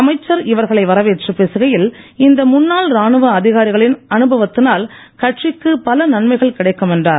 அமைச்சர் இவர்களை வரவேற்று பேசுகையில் இந்த முன்னாள் ராணுவ அதிகாரிகளின் அனுபவத்தினால் கட்சிக்கு பல நன்மைகள் கிடைக்கும் என்றார்